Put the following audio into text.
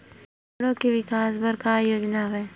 ग्रामीणों के विकास बर का योजना हवय?